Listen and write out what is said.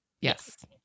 Yes